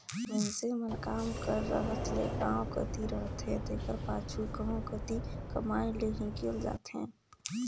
मइनसे मन काम कर रहत ले गाँव कती रहथें तेकर पाछू कहों कती कमाए लें हिंकेल जाथें